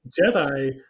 Jedi